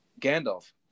Gandalf